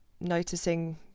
noticing